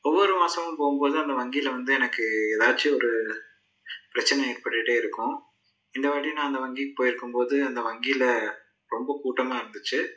ஒவ்வொரு மாதமும் போகும்போது அந்த வங்கியில் வந்து எனக்கு ஏதாச்சும் ஒரு பிரச்சின ஏற்பட்டுக்கிட்டே இருக்கும் இந்த வாட்டியும் நான் அந்த வங்கிக்கு போயிருக்கும்போது அந்த வங்கியில் ரொம்ப கூட்டமாக இருந்துச்சு